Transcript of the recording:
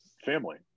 family